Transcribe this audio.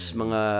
mga